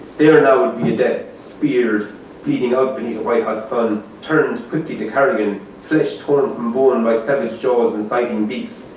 there now would be a debt speared bleeding up in his white hot sun turned quickly to carrion flesh torn from bone by savage jaws inciting beasts.